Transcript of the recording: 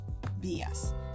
BS